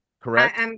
correct